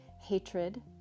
hatred